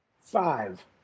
Five